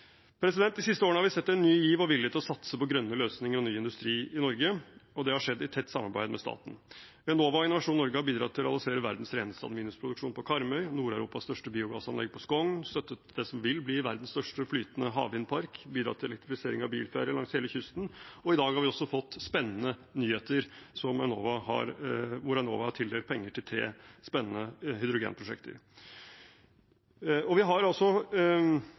De siste årene har vi sett en ny giv og vilje til å satse på grønne løsninger og ny industri i Norge, og det har skjedd i tett samarbeid med staten. Enova og Innovasjon Norge har bidratt til å realisere verdens reneste aluminiumsproduksjon på Karmøy, Nord-Europas største biogassanlegg på Skogn, støttet det som vil bli verdens største flytende havvindpark, bidratt til elektrifisering av bilferjer langs hele kysten, og i dag har vi fått spennende nyheter om at Enova har tildelt penger til tre spennende hydrogenprosjekter.